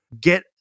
Get